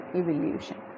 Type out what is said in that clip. evolution